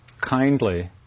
kindly